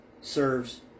serves